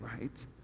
right